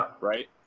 Right